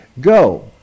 go